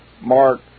Mark